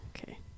Okay